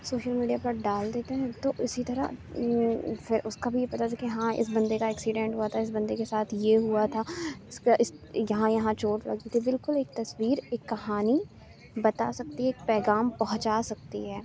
social media پر ڈال دیتے ہیں تو اُسی طرح پھر اُس کا بھی پتہ کہ ہاں اِس بندے کا ایکسیڈنٹ ہُوا تھا اِس بندے کے ساتھ یہ ہُوا تھا اِس کا اِس یہاں یہاں چوٹ لگی تھی بالکل ایک تصویر ایک کہانی بتا سکتی ہے ایک پیغام پہنچا سکتی ہے